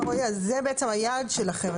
סליחה רועי, זה בעצם היעד שלכם.